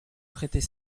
prêter